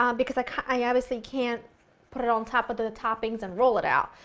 um because like i obviously, can't put it on top of the the toppings and roll it out.